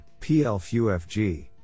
PLFUFG